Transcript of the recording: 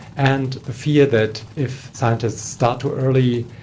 and the fear that if scientists start too early,